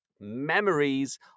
Memories